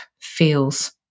feels